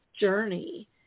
journey